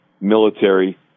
military